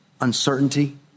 uncertainty